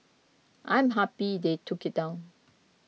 I am happy they took it down